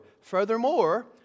Furthermore